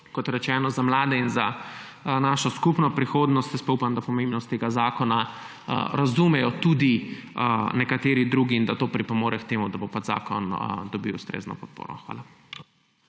kot rečeno za mlade in za našo skupno prihodnost. Upam, da pomembnost tega zakona razumejo tudi nekateri drugi in da to pripomore k temu, da bo zakon dobil ustrezno podporo. Hvala.